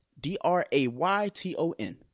D-R-A-Y-T-O-N